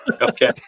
Okay